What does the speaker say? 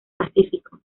pacífico